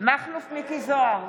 מכלוף מיקי זוהר,